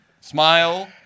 smile